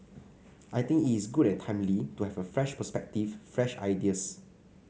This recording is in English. I think it is good and timely to have a fresh perspective fresh ideas